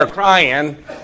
Crying